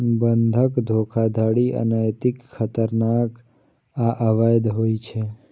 बंधक धोखाधड़ी अनैतिक, खतरनाक आ अवैध होइ छै